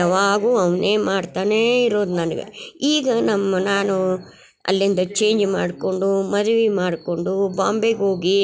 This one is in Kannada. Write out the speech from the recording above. ಯವಾಗು ಅವ್ನೆ ಮಾಡ್ತನೇ ಇರೋದು ನನ್ಗೆ ಈಗ ನಮ್ಮ ನಾನು ಅಲ್ಲಿಂದ ಚೇಂಜ್ ಮಾಡ್ಕೊಂಡು ಮದ್ವೆ ಮಾಡ್ಕೊಂಡು ಬಾಂಬೆಗೆ ಹೋಗಿ